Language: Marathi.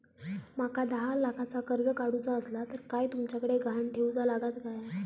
माका दहा लाखाचा कर्ज काढूचा असला तर काय तुमच्याकडे ग्हाण ठेवूचा लागात काय?